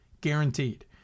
Guaranteed